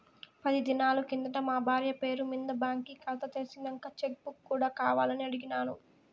పది దినాలు కిందట మా బార్య పేరు మింద బాంకీ కాతా తెర్సినంక చెక్ బుక్ కూడా కావాలని అడిగిన్నాను